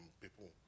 people